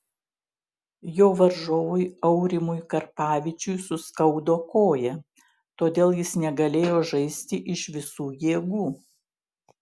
jo varžovui aurimui karpavičiui suskaudo koją todėl jis negalėjo žaisti iš visų jėgų